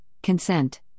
Consent